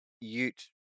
Ute